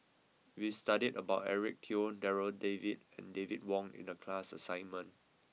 we studied about Eric Teo Darryl David and David Wong in the class assignment